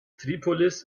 tripolis